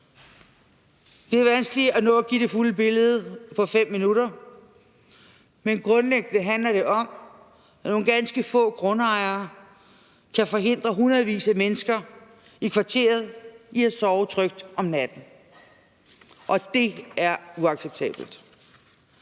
Det er vanskeligt at give det fulde billede på 5 minutter, men grundlæggende handler det om, at nogle ganske få grundejere kan forhindre hundredvis af mennesker i kvarteret i at sove trygt om natten, og det er uacceptabelt.